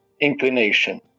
inclination